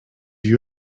you